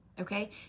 okay